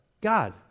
God